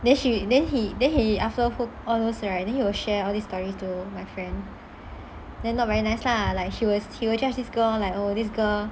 then she then he then he after hook all those then he will share all these stories to my friend then not very nice lah like she will he will just his girl like oh this girl